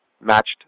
matched